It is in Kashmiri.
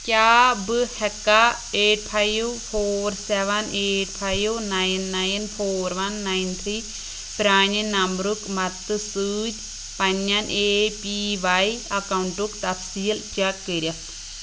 کیٛاہ بہٕ ہیٚکا eight five four seven eight five nine nine four one nine three پرانہِ نمبرُک مدتہٕ سۭتۍ پنٛنٮ۪ن اے پی واے اکاؤنٹُک تفصیٖل چٮ۪ک کٔرِتھ